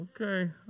okay